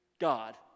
God